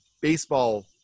baseball